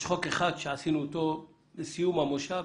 יש חוק אחד שעשינו אותו בסיום המושב,